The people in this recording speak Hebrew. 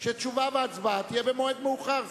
שתשובה והצבעה יהיו במועד אחר.